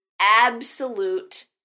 absolute